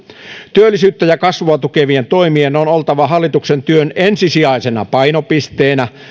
työllisyyttä ja kasvua tukevien toimien on oltava hallituksen työn ensisijaisena painopisteenä